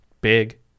big